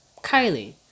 Kylie